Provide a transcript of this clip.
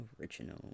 original